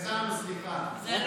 חבר הכנסת רול, סליחה.